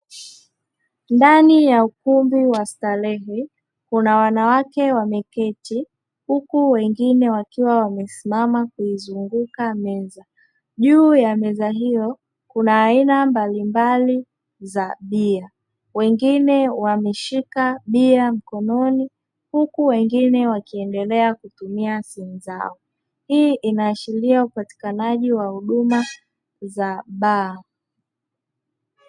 Ndani ya ukumbi wa starehe kuna wanawake wameketi huku wengine wakiwa wamesimama kuizunguka meza, juu ya meza hiyo kuna aina mbalimbali za bia wengine wameshika bia mkononi huku wengine wakiendelea kutumia simu zao. Hii inaashiria upatikanaji wa huduma za baa.